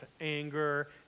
anger